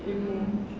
ilmu